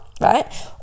right